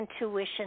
intuition